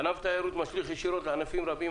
ענף התיירות משליך ישירות על ענפים רבים,